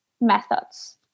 methods